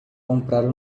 comprar